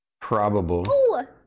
probable